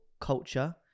culture